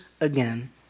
again